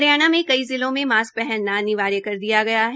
हरियाणा में कई जिलों में मास्क पहनना अनिवार्य कर दिया गया है